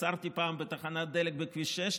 עצרתי פעם בתחנת דלק בכביש 6,